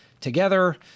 together